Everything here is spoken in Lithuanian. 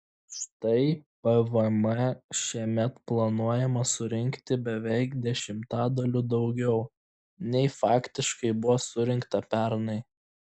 štai pvm šiemet planuojama surinkti beveik dešimtadaliu daugiau nei faktiškai buvo surinkta pernai